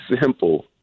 simple